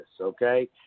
okay